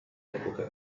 epoca